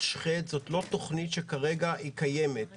3ח זאת לא תכנית שקיימת כרגע.